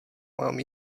mám